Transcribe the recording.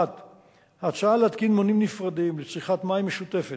1. ההצעה להתקין מונים נפרדים לצריכת מים משותפת,